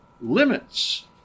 limits